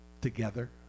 together